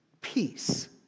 peace